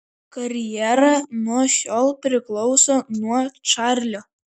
karjera nuo šiol priklauso nuo čarlio